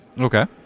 okay